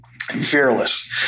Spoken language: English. fearless